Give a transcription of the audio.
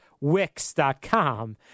Wix.com